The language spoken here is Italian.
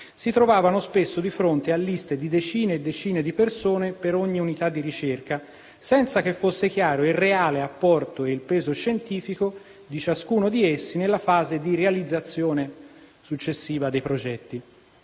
si trovavano spesso di fronte a liste di decine e decine di persone per ogni unità di ricerca, senza che fosse chiaro il reale apporto e il peso scientifico di ciascuno di essi nella fase di realizzazione successiva dei progetti.